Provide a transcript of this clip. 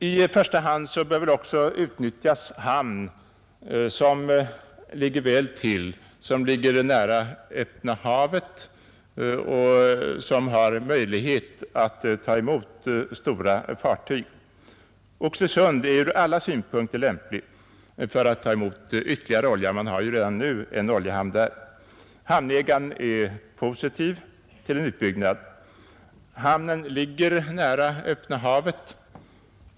I första hand bör också utnyttjas hamn som ligger väl till, som ligger nära öppna havet och som har möjlighet att ta emot stora fartyg. Oxelösunds hamn är ur alla synpunkter lämplig för att ta emot ytterligare olja. Man har ju redan nu en oljehamn där. Hamnägaren är positiv till en utbyggnad. Hamnen ligger nära öppna havet.